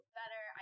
better